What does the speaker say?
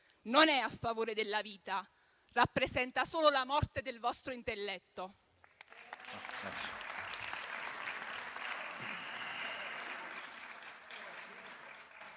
non è a favore della vita: rappresenta solo la morte del vostro intelletto.